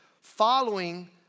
Following